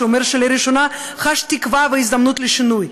שאומר שלראשונה הוא חש תקווה והזדמנות לשינוי,